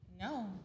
No